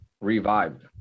revived